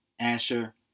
Asher